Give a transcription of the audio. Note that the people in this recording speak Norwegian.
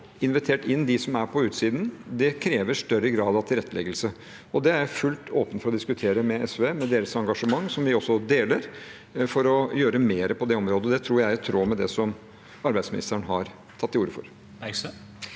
invitert inn dem som er på utsiden, krever større grad av tilretteleggelse. Det er jeg fullt ut åpen for å diskutere med SV, med deres engasjement – som vi også deler – for å gjøre mer på det området. Det tror jeg er i tråd med det som arbeidsministeren har tatt til orde for.